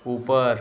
ऊपर